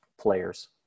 players